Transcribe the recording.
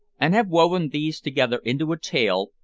and have woven these together into a tale,